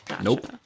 Nope